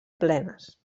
plenes